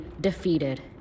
defeated